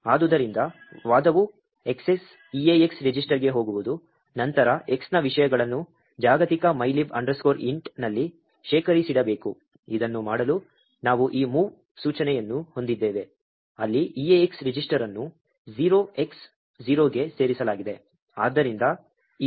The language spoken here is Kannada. ಆದುದರಿಂದ ವಾದವು X's EAX ರಿಜಿಸ್ಟರ್ಗೆ ಹೋಗುವುದು ನಂತರ Xನ ವಿಷಯಗಳನ್ನು ಜಾಗತಿಕ mylib intನಲ್ಲಿ ಶೇಖರಿಸಿಡಬೇಕು ಇದನ್ನು ಮಾಡಲು ನಾವು ಈ ಮೂವ್ ಸೂಚನೆಯನ್ನು ಹೊಂದಿದ್ದೇವೆ ಅಲ್ಲಿ EAX ರಿಜಿಸ್ಟರ್ ಅನ್ನು 0X0 ಗೆ ಸರಿಸಲಾಗಿದೆ